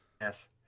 Yes